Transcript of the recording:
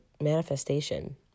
manifestation